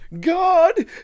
God